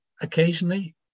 occasionally